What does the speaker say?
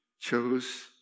chose